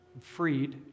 freed